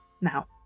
Now